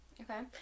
Okay